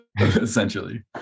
essentially